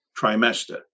trimester